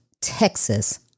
Texas